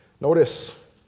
Notice